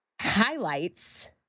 highlights